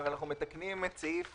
אנחנו מתקנים את סעיף